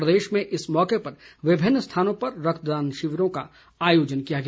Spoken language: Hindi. प्रदेश में इस मौके पर विभिन्न स्थानों पर रक्तदान शिविरों का आयोजन किया गया